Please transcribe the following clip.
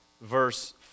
verse